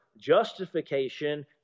justification